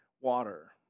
water